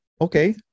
Okay